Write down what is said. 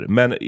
Men